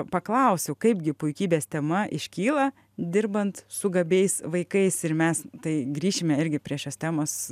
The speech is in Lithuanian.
paklausiau kaip gi puikybės tema iškyla dirbant su gabiais vaikais ir mes tai grįšime irgi prie šios temos